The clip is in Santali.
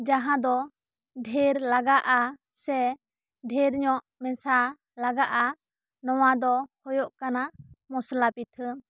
ᱡᱟᱦᱟᱸ ᱫᱚ ᱰᱷᱮᱨ ᱞᱟᱜᱟᱜ ᱟ ᱥᱮ ᱰᱷᱮᱨ ᱧᱚᱜ ᱢᱮᱥᱟ ᱞᱟᱜᱟᱜ ᱟ ᱱᱚᱶᱟ ᱫᱚ ᱦᱩᱭᱩᱜ ᱠᱟᱱᱟ ᱢᱚᱥᱞᱟ ᱯᱤᱴᱷᱟᱹ